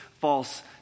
false